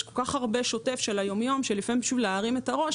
יש כל כך הרבה שוטף של היום-יום שבשביל להרים את הראש